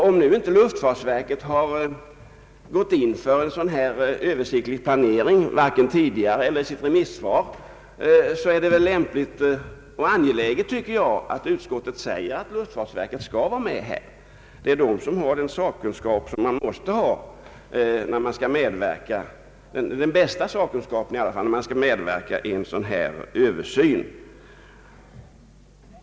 Om nu luftfartsverket varken gått in för en översiktlig planering tidigare eller tagit upp tanken på en sådan i sitt remissvar, så är det angeläget, tycker jag, att utskottet uttalar att luftfartsverket skall medverka härvidlag. Luftfartsverket har ju den bästa sakkunskapen för att göra en sådan här översyn.